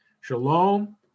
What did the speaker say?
Shalom